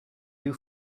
you